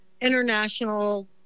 international